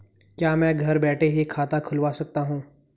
क्या मैं घर बैठे ही खाता खुलवा सकता हूँ?